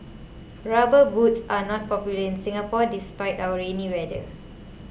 rubber boots are not popular in Singapore despite our rainy weather